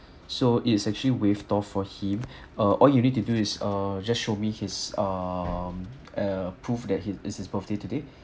so it's actually waived off for him ah all you need to do is uh just show me his um uh proof that he it's his birthday today